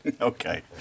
Okay